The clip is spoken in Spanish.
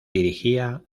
dirigía